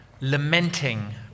lamenting